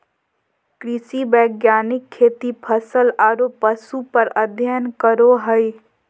कृषि वैज्ञानिक खेती, फसल आरो पशु पर अध्ययन करो हइ